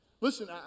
Listen